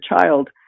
child